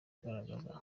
agaragaza